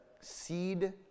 seed